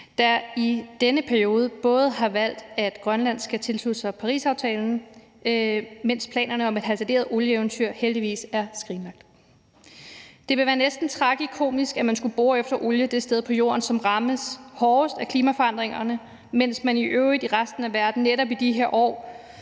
der i denne periode både har valgt, at Grønland skal tilslutte sig Parisaftalen, og at planerne om et hasarderet olieeventyr skal skrinlægges. Det ville være næsten tragikomisk, at man skulle bore efter olie det sted på Jorden, som rammes hårdest af klimaforandringerne, mens man i øvrigt i resten af verden netop i de her år